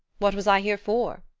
what was i here for?